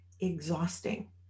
exhausting